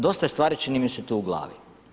Dosta je stvari čini mi se tu u glavi.